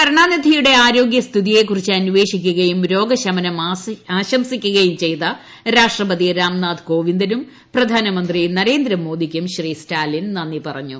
കരുണാനിധിയുടെ ആരോഗ്യസ്ഥിതിയെക്കുറിച്ച് അന്വേഷിക്കുകയും രോഗശമ്പൂം ആശംസിക്കുകയും ചെയ്ത രാഷ്ട്രപതി രാംനാഥ് ക്ടോവിന്ദ്രീനും പ്രധാനമന്ത്രി നരേന്ദ്രമോദിക്കും സ്റ്റാലിൻ നന്ദി പറഞ്ഞു